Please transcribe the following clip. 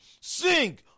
sing